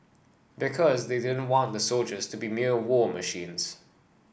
because they didn't want the soldiers to be mere war machines